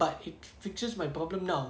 but it fixes my problem now